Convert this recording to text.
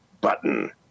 button